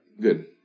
good